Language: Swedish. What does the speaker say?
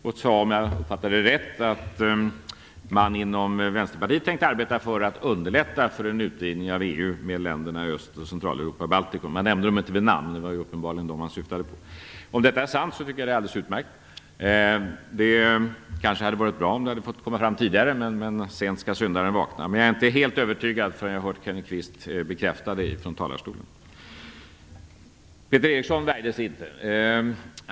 Han sade, och jag förstod det rätt, att man inom Vänsterpartiet tänkt arbeta för att underlätta för en utvidgning av EU med länderna i Östeuropa, Centraleuropa och Baltikum. Han nämnde dem inte vid namn, men det var uppenbarligen dem han syftade på. Om detta är sant tycker jag att det är alldeles utmärkt. Det kanske hade varit bra om det kommit fram tidigare. Sent skall syndaren vakna. Jag är inte helt övertygad förrän jag har hört Kenneth Peter Eriksson värjde sig inte.